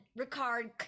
ricard